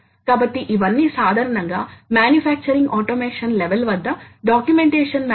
కాబట్టి స్వల్ప కాలాలు యంత్రం వాస్తవానికి మంచి మొత్తం ఓవర్ లోడ్ టార్క్ ను నిర్వహించగలగాలి